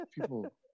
people